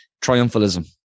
triumphalism